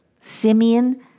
Simeon